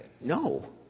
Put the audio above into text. no